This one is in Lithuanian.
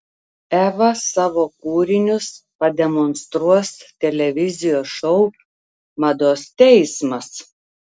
eva savo kūrinius pademonstruos televizijos šou mados teismas